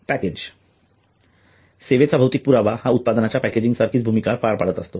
package सेवेचा भौतिक पुरावा हा उत्पादनाच्या पॅकेजिंग सारखीच भूमिका पार पाडत असतो